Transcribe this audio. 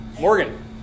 Morgan